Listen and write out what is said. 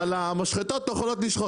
אבל המשחטות לא יכולות לשחוט.